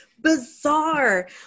bizarre